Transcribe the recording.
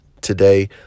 today